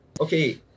okay